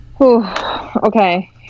Okay